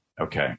Okay